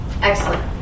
Excellent